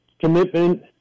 commitment